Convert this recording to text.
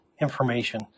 information